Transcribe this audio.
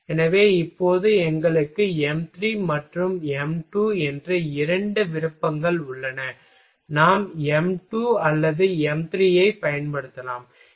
எனவே இப்போது எங்களுக்கு m3 மற்றும் m2 என்ற இரண்டு விருப்பங்கள் உள்ளன நாம் m2 அல்லது m3 ஐப் பயன்படுத்தலாம்